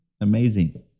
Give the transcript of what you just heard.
Amazing